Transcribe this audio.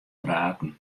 praten